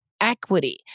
equity